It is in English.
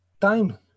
time